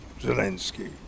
Zelensky